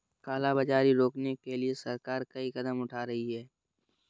काला बाजारी रोकने के लिए सरकार कई कदम उठा रही है